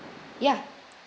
yeah